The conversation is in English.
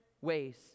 ways